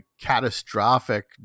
catastrophic